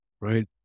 right